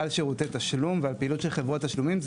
שירותי תשלום ועל פעילות של חברות תשלומים,